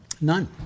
None